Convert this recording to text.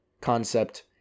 concept